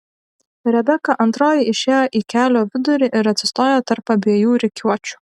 rebeka antroji išėjo į kelio vidurį ir atsistojo tarp abiejų rikiuočių